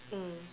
mm